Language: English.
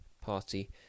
party